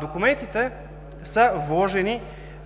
Документите са вложени